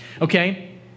okay